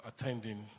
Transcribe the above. attending